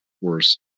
worse